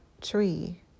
tree